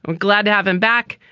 glad to have him back.